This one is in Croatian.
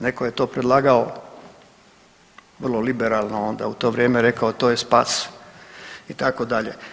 Netko je to predlagao vrlo liberalno onda u to vrijeme rekao to je spas itd.